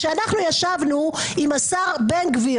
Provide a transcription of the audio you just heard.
כשאנחנו ישבנו עם השר בן גביר,